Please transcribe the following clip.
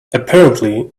apparently